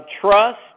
trust